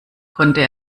konnte